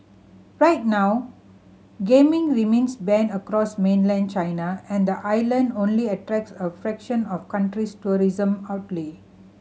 right now gaming remains banned across mainland China and the island only attracts a fraction of country's tourism outlay